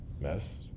Mess